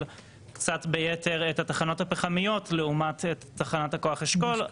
קצת ביתר את התחנות הפחמיות לעומת תחנת הכוח אשכול.